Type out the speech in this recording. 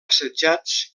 assetjats